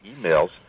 emails